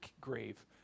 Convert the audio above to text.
grave